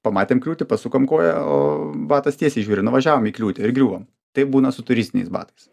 pamatėm kliūtį pasukom koją o batas tiesiai žiūri nuvažiavom į kliūtį ir griuvom taip būna su turistiniais batais